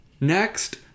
Next